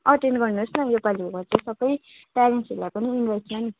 attain गर्नुहोस् न योपालिको चाहिँ सबै पेरेन्ट्सहरलाई पनि इन्भाइट छ नि